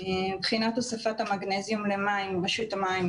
מבחינת הוספת המגנזיום למים רשות המים,